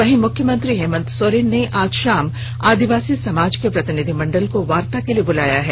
वहीं मुख्यमंत्री हेमंत सोरेन ने आज शाम आदिवासी समाज के प्रतिनिधिमंडल को वार्ता के लिए बुलाया है